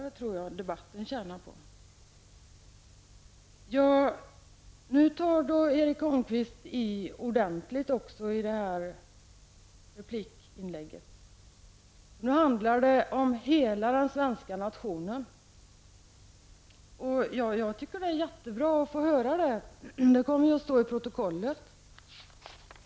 Det tror jag att debatten skulle tjäna på. I denna replik tar Erik Holmkvist i ordentligt. Nu handlar det om hela den svenska nationen. Jag tycker att det är jättebra att få höra detta, och det kommer att stå i protokollet.